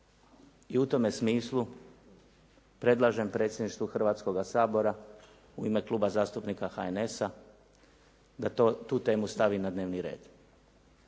i u tome smislu, predlažem predsjedništvu Hrvatskoga sabora u ime Kluba zastupnika HNS-a, da tu temu stavi na dnevni red.